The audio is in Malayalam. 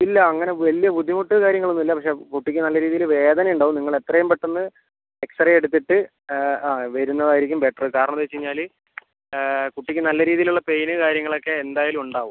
ഇല്ല അങ്ങനെ വലിയ ബുദ്ധിമുട്ട് കാര്യങ്ങൾ ഒന്നും ഇല്ല പക്ഷേ കുട്ടിക്ക് നല്ല രീതിയിൽ വേദന ഉണ്ടാവും നിങ്ങൾ എത്രയും പെട്ടെന്ന് എക്സ്റേ എടുത്തിട്ട് ആ വരുന്നത് ആയിരിക്കും ബെറ്റർ കാരണം എന്താന്ന് വെച്ച് കഴിഞ്ഞാൽ കുട്ടിക്ക് നല്ല രീതിയിലുള്ള പെയിന് കാര്യങ്ങളൊക്കെ എന്തായാലും ഉണ്ടാവും